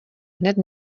hned